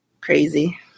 crazy